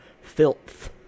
filth